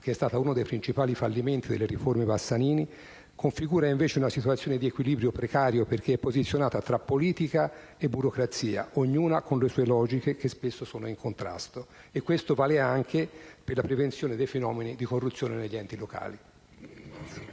generale, uno dei principali fallimenti delle riforme Bassanini, configura invece una situazione di equilibrio precario perché posizionata tra politica e burocrazia, ognuna con le sue logiche, spesso in contrasto. Questo vale anche per la prevenzione dei fenomeni di corruzione negli enti locali.